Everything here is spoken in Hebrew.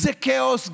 זה כאוס גמור.